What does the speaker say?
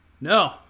No